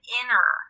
inner